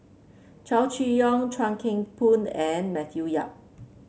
Chow Chee Yong Chuan Keng Boon and Matthew Yap